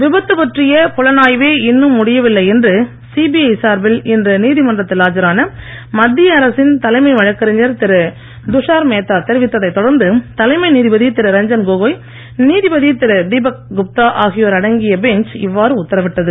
விபத்து பற்றிய புலனாய்வே இன்னும் முடியவில்லை என்று சிபிஐ சார்பில் இன்று நீதிமன்றத்தில் ஆஜரான மத்திய அரசின் தலைமை வழக்கறிஞர் திரு துஷார் மேத்தா தெரிவித்ததைத் தொடர்ந்து தலைமை நீதிபதி திரு ரஞ்சன் கோகோய் நீதிபதி திரு தீபக் குப்தா ஆகியோர் அடங்கிய பென்ச் இவ்வாறு உத்தரவிட்டது